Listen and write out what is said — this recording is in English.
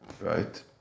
Right